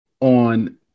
on